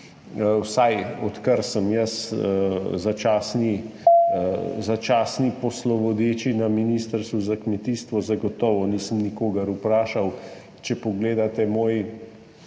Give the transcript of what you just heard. vsaj odkar sem jaz začasni poslovodeči na ministrstvu za kmetijstvo, zagotovo nisem nikogar vprašal. Če pogledate moj